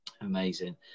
Amazing